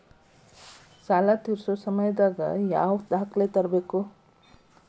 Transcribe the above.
ಸಾಲಾ ತೇರ್ಸೋ ಸಮಯದಾಗ ಯಾವ ದಾಖಲೆ ತರ್ಬೇಕು?